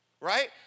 Right